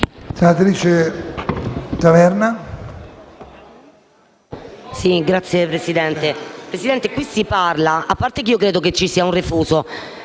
senatrice Taverna